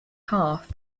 half